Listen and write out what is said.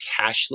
cashless